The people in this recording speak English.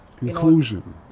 Inclusion